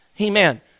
Amen